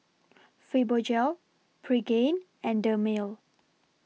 Fibogel Pregain and Dermale